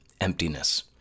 Emptiness